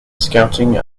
scouting